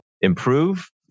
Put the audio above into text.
improve